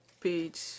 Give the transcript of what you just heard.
page